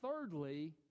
Thirdly